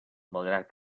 malgrat